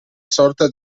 sorta